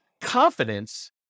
confidence